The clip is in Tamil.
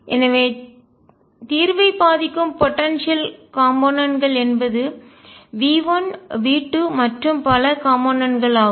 எனவே தீர்வை பாதிக்கும் போடன்சியல் ஆற்றல் காம்போனென்ட்கள்கூறுகள் என்பது v1 v2 மற்றும் பல காம்போனென்ட்கள்கூறுகள் ஆகும்